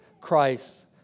Christ